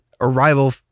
Arrival